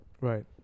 Right